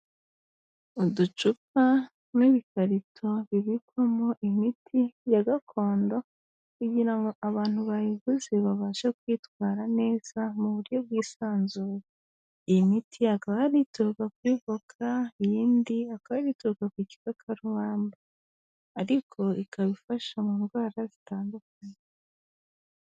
Uducupa n'ibikarito bibikwamo imiti ya gakondo kugira ngo abantu bayiguze babashe kuyitwara neza mu buryo bwiisanzuye, iyi miti hakaba hari ituruka kuri voka, iyindi akaba ari ituruka ku gikakarumba ariko ikaba ifasha mu ndwara zitandukanye.